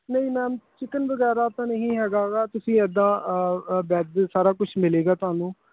ਨਹੀਂ ma'am chicken ਵਗੈਰਾ ਤਾਂ ਨਹੀਂ ਹੈਗਾ ਗਾ ਤੁਸੀਂ ਇੱਦਾਂ ਵੈੱਜ ਸਾਰਾ ਕੁਛ ਮਿਲੇਗਾ ਤੁਹਾਨੂੰ